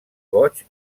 boig